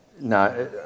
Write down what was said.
No